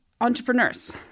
entrepreneurs